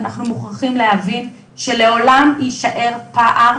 אנחנו מוכרחים להבין שלעולם יישאר פער